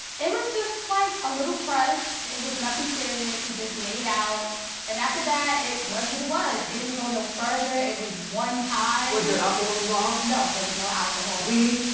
it was just like a little crush, it was nothing serious, we just made out and after that, it was what it was, it didn't go no further, it was one time. was there alcohol involved? no, there was no alcohol. weed?